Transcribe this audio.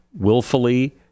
willfully